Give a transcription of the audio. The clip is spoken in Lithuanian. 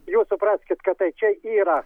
jūs supraskit kad tai čia yra